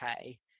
okay